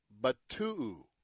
Batuu